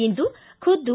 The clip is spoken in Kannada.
ಇಂದು ಖುದ್ದು